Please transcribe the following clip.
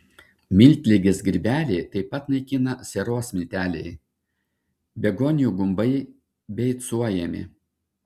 miltligės grybelį taip pat naikina sieros milteliai begonijų gumbai beicuojami